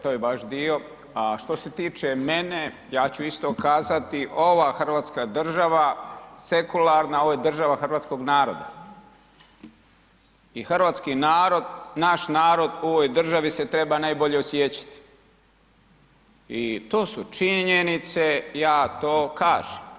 To je vaš dio, a što se tiče mene, ja ću isto kazati, ova hrvatska država, sekularna, ovo je država hrvatskog naroda i hrvatski narod, naš narod u ovoj državi se treba najbolje osjećati i to su činjenice, ja to kažem.